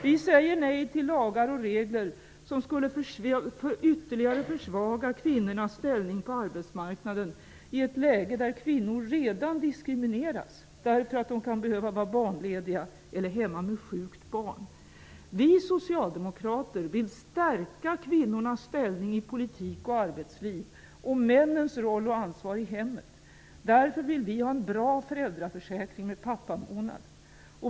Vi säger nej till lagar och regler som ytterligare skulle försvaga kvinnornas ställning på arbetsmarknaden i ett läge där kvinnor redan diskrimineras därför att de kan behöva vara barnlediga eller hemma med sjukt barn. Vi socialdemokrater vill stärka kvinnornas ställning i politik och arbetsliv samt männens roll och ansvar i hemmet. Därför vill vi ha en bra föräldraförsäkring med pappamånad.